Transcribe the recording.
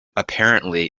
apparently